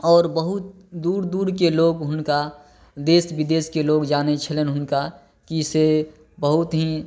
आओर बहुत दूर दूरके लोग हुनका देश बिदेशके लोग जाने छलनि हुनका कि से बहुत ही